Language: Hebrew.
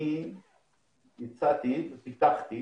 הצעתי ופיתחתי